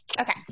Okay